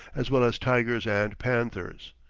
as well as tigers and panthers.